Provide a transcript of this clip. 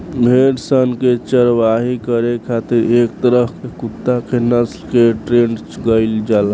भेड़ सन के चारवाही करे खातिर एक तरह के कुत्ता के नस्ल के ट्रेन्ड कईल जाला